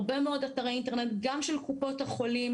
הרבה מאוד אתרי אינטרנט וגם של קופות החולים,